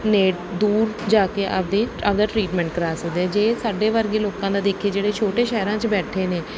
ਨੇੜੇ ਦੂਰ ਜਾ ਕੇ ਆਪਦੇ ਅਗਰ ਟਰੀਟਮੈਂਟ ਕਰਵਾ ਸਕਦੇ ਜੇ ਸਾਡੇ ਵਰਗੇ ਲੋਕਾਂ ਦਾ ਦੇਖੇ ਜਿਹੜੇ ਛੋਟੇ ਸ਼ਹਿਰਾਂ 'ਚ ਬੈਠੇ ਨੇ